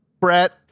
Brett